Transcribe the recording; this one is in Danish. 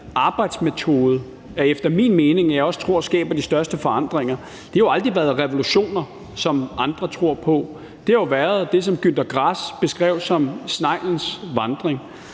arbejdsmetode, der efter min mening skaber de største forandringer. Det har jo aldrig været revolutioner, som andre tror på. Det har jo været det, som Günter Grass beskrev som sneglens vandring.